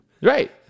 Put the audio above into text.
Right